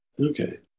Okay